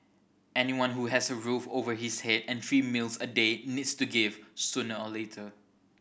anyone who has a roof over his head and three meals a day needs to give sooner or later